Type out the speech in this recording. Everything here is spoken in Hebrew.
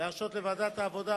להרשות לוועדת העבודה,